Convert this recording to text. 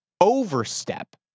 overstep